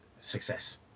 success